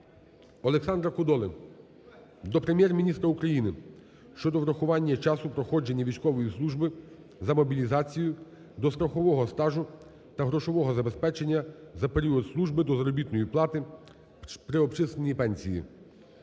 Олександра Кодоли до Прем'єр-міністра України щодо врахування часу проходження військової служби за мобілізацією до страхового стажу та грошового забезпечення за період служби до заробітної плати при обчисленні пенсії.